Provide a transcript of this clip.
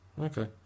Okay